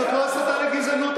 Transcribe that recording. זאת לא הסתה לגזענות,